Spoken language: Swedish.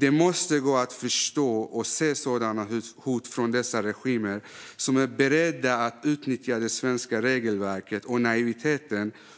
Det måste gå att se och förstå sådana hot från regimer som är beredda att utnyttja svenskt regelverk och svensk naivitet